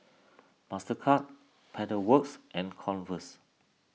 Mastercard Pedal Works and Converse